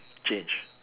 change